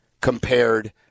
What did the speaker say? compared